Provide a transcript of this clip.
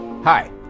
Hi